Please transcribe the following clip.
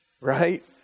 Right